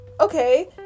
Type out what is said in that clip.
Okay